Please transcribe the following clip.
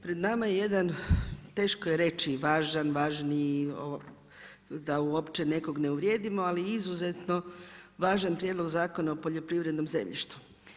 Pred nama je jedan, teško je reći, važan, važniji, da uopće nekoga ne uvrijedimo, ali izuzetno važan prijedlog zakona o poljoprivrednom zemljištu.